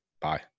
Bye